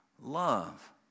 love